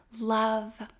Love